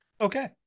Okay